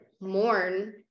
mourn